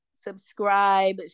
subscribe